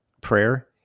prayer